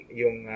yung